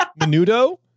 Menudo